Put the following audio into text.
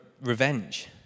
revenge